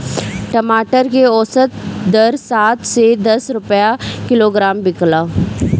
टमाटर के औसत दर सात से दस रुपया किलोग्राम बिकला?